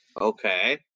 okay